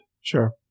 Sure